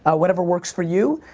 ah whatever works for you.